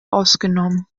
ausgenommen